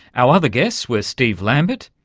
our other guests were steve lambert,